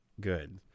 good